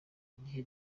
gihe